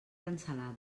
cancel·lada